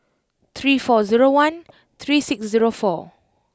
three four zero one three six zero four